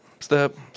Step